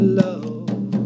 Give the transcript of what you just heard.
love